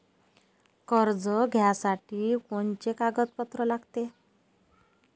कर्ज घ्यासाठी कोनचे कागदपत्र लागते?